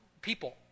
people